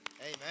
Amen